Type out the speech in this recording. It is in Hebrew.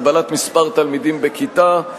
הגבלת מספר התלמידים בכיתה,